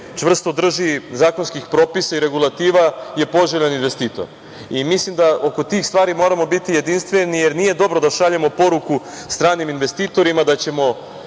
čvrsto drži zakonskih propisa i regulativa je poželjan investitor. Mislim da oko tih stvari moramo biti jedinstveni, jer nije dobro da šaljemo poruku stranim investitorima da će